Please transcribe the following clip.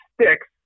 sticks